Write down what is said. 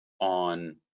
on